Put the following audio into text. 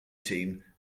team